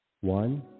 one